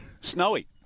Snowy